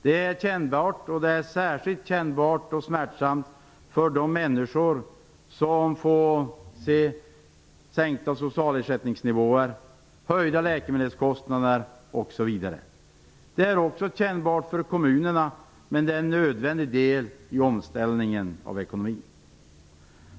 Det är kännbart, särskilt kännbart och smärtsamt för de människor som får se sänkta socialersättningsnivåer, höjda läkemedelskostnader, m.m. Det är också kännbart för kommunerna. Men det är en nödvändig del i omställningen av ekonomin.